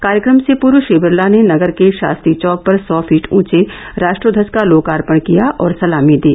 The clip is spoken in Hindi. कार्यक्रम से पूर्व श्री बिरला ने नगर के शास्त्री चौक पर सौ फीट ऊंचे राष्ट्रव्वज का लोकार्पण किया और सलामी दी